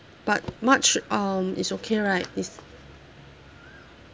but march um is okay right is